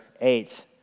eight